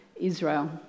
Israel